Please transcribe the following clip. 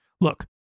Look